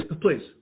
please